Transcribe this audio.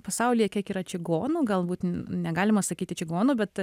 pasaulyje kiek yra čigonų galbūt n negalima sakyti čigonų bet